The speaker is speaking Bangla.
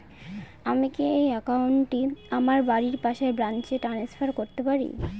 আমি কি এই একাউন্ট টি আমার বাড়ির পাশের ব্রাঞ্চে ট্রান্সফার করতে পারি?